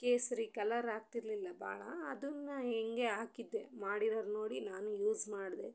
ಕೇಸರಿ ಕಲರ್ ಹಾಕ್ತಿರ್ಲಿಲ್ಲ ಭಾಳ ಅದನ್ನ ಹೀಗೆ ಹಾಕಿದ್ದೆ ಮಾಡಿರೋವ್ರು ನೋಡಿ ನಾನು ಯೂಸ್ ಮಾಡಿದೆ